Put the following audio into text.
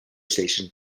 station